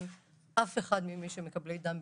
אף אחד מבין מקבלי הדם.